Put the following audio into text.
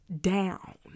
down